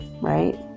right